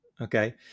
Okay